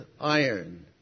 iron